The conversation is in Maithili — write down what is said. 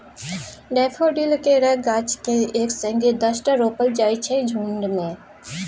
डेफोडिल केर गाछ केँ एक संगे दसटा रोपल जाइ छै झुण्ड मे